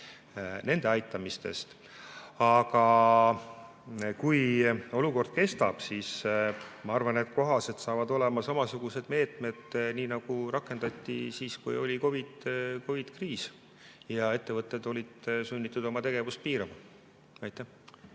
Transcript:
nende aitamisest. Aga kui olukord kestab, siis ma arvan, et kohased saavad olema samasugused meetmed, nagu rakendati siis, kui oli COVID-i kriis ja ettevõtted olid sunnitud oma tegevust piirama. Aitäh!